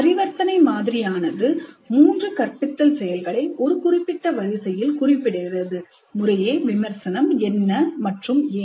பரிவர்த்தனை மாதிரியானது மூன்று கற்பித்தல் செயல்களை ஒரு குறிப்பிட்ட வரிசையில் குறிப்பிடுகிறது முறையே விமர்சனம் என்ன மற்றும் ஏன்